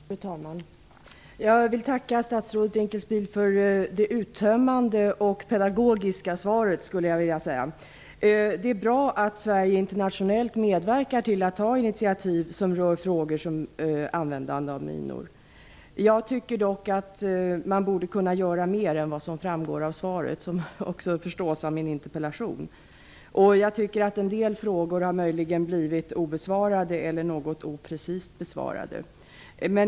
Fru talman! Jag vill tacka statsrådet Dinkelspiel för det uttömmande och pedagogiska svaret. Det är bra att Sverige internationellt medverkar till att ta initiativ som rör frågor om användande av minor. Jag tycker dock att man borde kunna göra mer än vad som anges i svaret, vilket också framgår av min interpellation. En del frågor har möjligen blivit obesvarade eller något oprecist besvarade.